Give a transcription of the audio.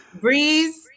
Breeze